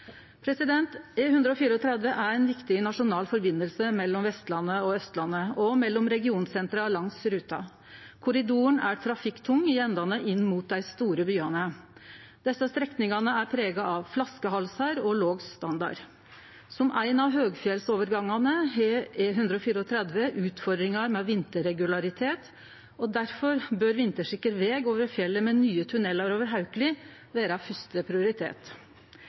er eit viktig nasjonalt samband mellom Vestlandet og Austlandet og mellom regionsentra langs ruta. Korridoren er trafikktung i endane inn mot dei store byane. Desse strekningane er prega av flaskehalsar og låg standard. Som ein av høgfjellsovergangane har E134 utfordringar med vinterregularitet, og difor bør vintersikker veg over fjellet, med nye tunnelar over Haukeli,